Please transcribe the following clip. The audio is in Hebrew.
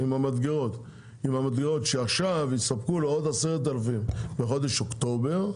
המדגרות שעכשיו יספקו לו עוד 10,000 בחודש אוקטובר,